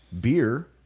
beer